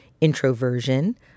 introversion